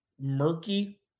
murky